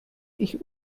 ich